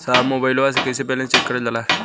साहब मोबइलवा से कईसे बैलेंस चेक करल जाला?